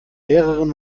lehrerin